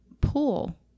pool